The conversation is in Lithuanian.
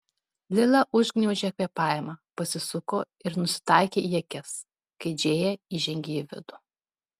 lila užgniaužė kvėpavimą pasisuko ir nusitaikė į akis kai džėja įžengė į vidų